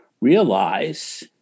realize